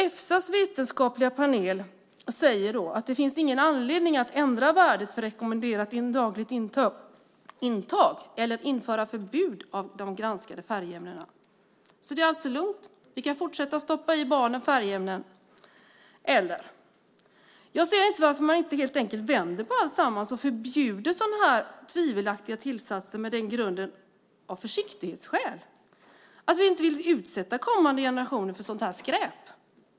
Efsas vetenskapliga panel säger att det inte finns någon anledning att ändra värdet för rekommenderat dagligt intag eller införa förbud mot de granskade färgämnena. Det är alltså lugnt! Vi kan fortsätta stoppa i barnen färgämnen - eller? Jag ser inte varför man inte helt enkelt vänder på alltsammans och förbjuder sådana här tvivelaktiga tillsatser med försiktighetsskäl som grund - vi vill inte utsätta kommande generationer för sådant här skräp.